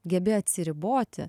gebi atsiriboti